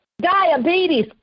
diabetes